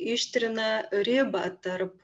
ištrina ribą tarp